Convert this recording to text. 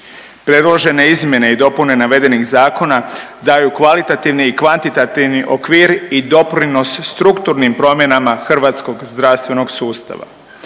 Predložene izmjene i dopune navedenih zakona daju kvalitativni i kvantitativni okvir i doprinos strukturnim promjenama hrvatskog zdravstvenog sustava.